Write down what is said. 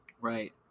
Right